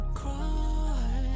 cry